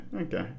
okay